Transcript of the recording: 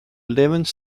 eleventh